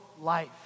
life